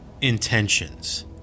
intentions